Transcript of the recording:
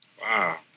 Wow